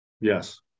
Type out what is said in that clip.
Yes